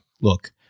look